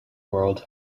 world